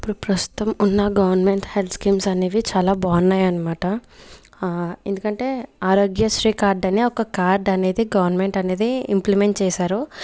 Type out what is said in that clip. ఇప్పుడు ప్రస్తుతం ఉన్న గవర్నమెంట్ హెల్త్ స్కీమ్స్ అనేవి చాలా బాగున్నాయి అనమాట ఆ ఎందుకంటే ఆరోగ్యశ్రీ కార్డు అని ఒక కార్డు అనేది గవర్నమెంట్ అనేది ఇంప్లిమెంట్ చేశారు